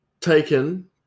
taken